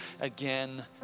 again